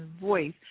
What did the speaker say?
voice